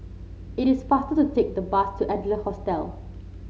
it is faster to take the bus to Adler Hostel